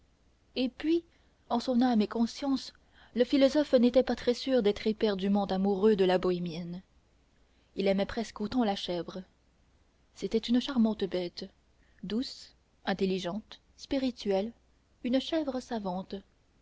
et puis en son âme et conscience le philosophe n'était pas très sûr d'être éperdument amoureux de la bohémienne il aimait presque autant la chèvre c'était une charmante bête douce intelligente spirituelle une chèvre savante